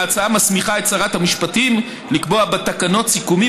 ההצעה מסמיכה את שרת המשפטים לקבוע בתקנות סכומים